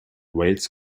wales